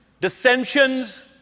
dissensions